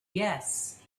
yes